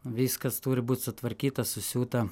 viskas turi būt sutvarkyta susiūta